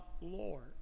Lord